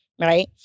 Right